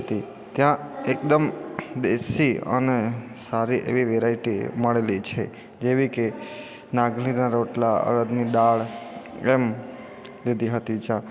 તે ત્યાં એકદમ દેશી અને સારી એવી વેરાયટી મળેલી છે જેવી કે નાગલીના રોટલા અડદની દાળ એમ લીધી હતી ચા